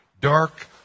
dark